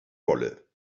wolle